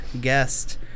guest